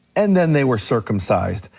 and then they were circumcised.